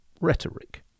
rhetoric